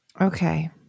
Okay